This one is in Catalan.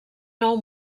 nou